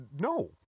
No